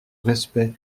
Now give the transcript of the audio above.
respect